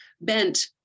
bent